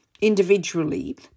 individually